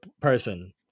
person